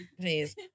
Please